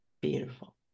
beautiful